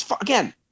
Again